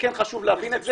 וכן חשוב להבין את זה,